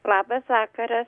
labas vakaras